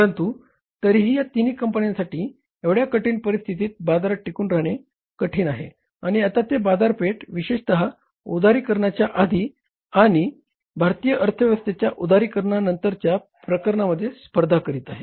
परंतु तरीही या तिन्ही कंपन्यांसाठी एवढ्या कठीण परिस्थितीत बाजारात टिकून राहणे कठीण नाही आणि आता ते बाजारपेठेत विशेषत उदारीकरणाच्या आधी आणि भारतीय अर्थव्यवस्थेच्या उदारीकरणा नंतरच्या प्रकरणांमध्ये स्पर्धा करीत आहेत